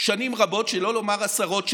שנים רבות, שלא לומר עשרות שנים,